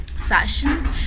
fashion